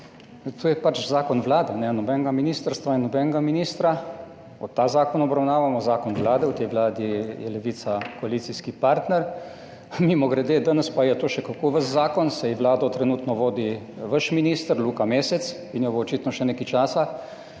To je pač zakon Vlade, nobenega ministrstva in nobenega ministra. Obravnavamo ta zakon, zakon Vlade, in v tej Vladi je Levica koalicijski partner, mimogrede, danes pa je to še kako vaš zakon, saj Vlado trenutno vodi vaš minister Luka Mesec in jo bo očitno še nekaj časa,